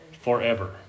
forever